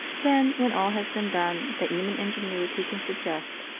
then, when all has been done that human ingenuity can suggest,